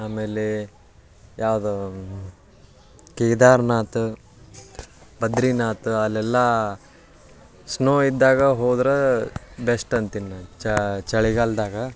ಆಮೇಲೆ ಯಾವುದು ಕೇದಾರನಾಥ ಬದ್ರಿನಾಥ ಅಲ್ಲೆಲ್ಲ ಸ್ನೋ ಇದ್ದಾಗ ಹೋದ್ರೆ ಬೆಸ್ಟ್ ಅಂತೀನಿ ನಾನು ಚಳಿಗಾಲದಾಗ